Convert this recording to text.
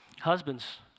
husbands